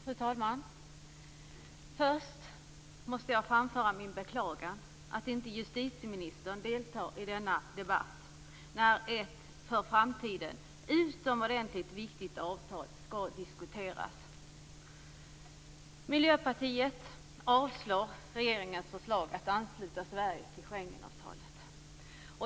Fru talman! Först måste jag framföra min beklagan över att justitieministern inte deltar i denna debatt då ett för framtiden utomordentligt viktigt avtal skall diskuteras. Sverige till Schengenavtalet.